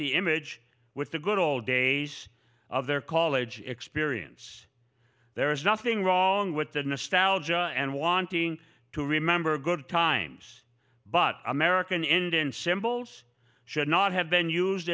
the image with the good ole days of their college experience there is nothing wrong with that mr alger and wanting to remember good times but american indian symbols should not have been used